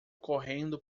correndo